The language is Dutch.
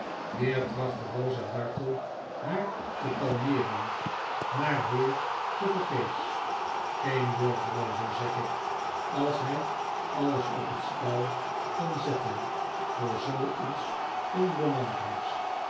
weer trachtte rosa dartle haar te kalmeeren maar weer tevergeefs geen wodrd rosa zeg ik als hij alles op het spel kan zetten voor zooiets onbelangrijks